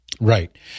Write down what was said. Right